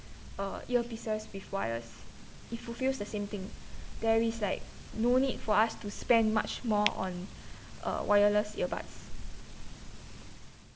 uh ear pieces with wires it fulfils the same thing there is like no need for us to spend much more on uh wireless earbuds